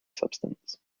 substance